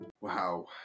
Wow